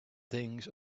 things